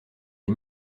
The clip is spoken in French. des